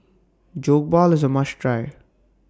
Jokbal IS A must Try